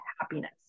happiness